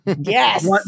yes